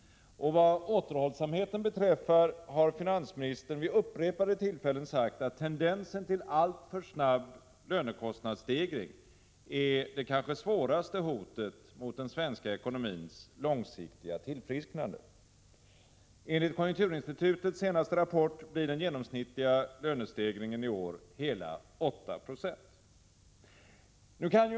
Vad återhållsamheten beträffar har finansministern vid upprepade tillfällen sagt att tendensen till alltför snabb lönekostnadsstegring är det kanske svåraste hotet mot den svenska ekonomins långsiktiga tillfrisknande. Enligt konjunkturinstitutets senaste rapport blir den genomsnittliga lönestegringen i år hela 8 96.